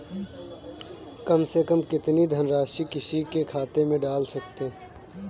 कम से कम कितनी धनराशि किसी के खाते में डाल सकते हैं?